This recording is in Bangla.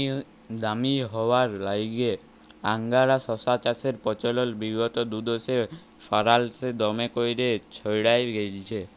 দামি হউয়ার ল্যাইগে আংগারা শশা চাষের পচলল বিগত দুদশকে ফারাল্সে দমে ক্যইরে ছইড়ায় গেঁইলছে